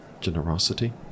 generosity